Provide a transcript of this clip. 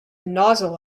nozzle